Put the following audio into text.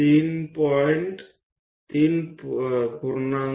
1416 તે તમને 15